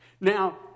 Now